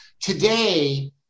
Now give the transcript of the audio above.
Today